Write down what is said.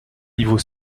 niveau